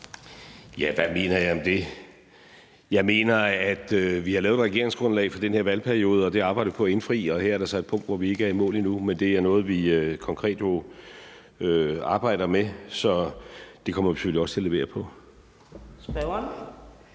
Ja, hvad mener jeg om det? Jeg mener, at vi har lavet et regeringsgrundlag for den her valgperiode, og det arbejder vi på at indfri. Her er der så et punkt, som vi ikke er i mål med endnu, men det er noget, vi jo konkret arbejder med, så det kommer vi selvfølgelig også til at levere på.